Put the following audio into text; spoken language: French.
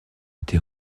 été